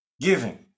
giving